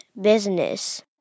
business